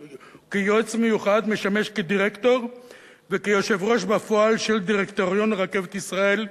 משמש כדירקטור וכיושב-ראש בפועל של דירקטוריון "רכבת ישראל"